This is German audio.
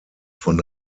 von